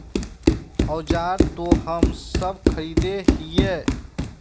औजार तो हम सब खरीदे हीये?